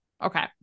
Okay